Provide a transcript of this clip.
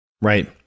Right